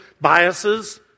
biases